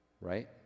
Right